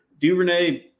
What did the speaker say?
DuVernay